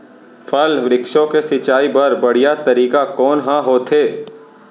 फल, वृक्षों के सिंचाई बर बढ़िया तरीका कोन ह होथे?